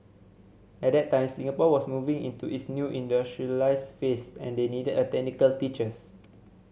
at that time Singapore was moving into its new industrialised phase and they needed technical teachers